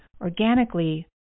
organically